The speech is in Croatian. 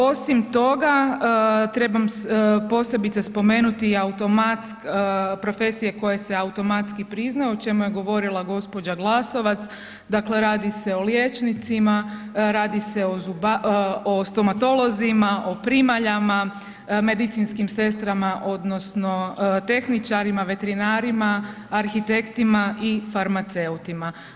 Osim toga, trebam posebice spomenuti i automatske, profesije koje se automatski priznaju, o čemu je govorila gospođa Glasovac, dakle radi se o liječnicima, radi se o zubarima, o stomatolozima, o primaljama, medicinskim sestrama odnosno tehničarima, veterinarima, arhitektima i farmaceutima.